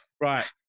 Right